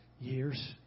years